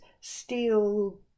steel